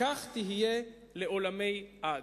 וכך תהיה לעולמי עד"